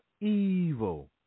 evil